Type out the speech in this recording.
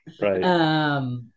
Right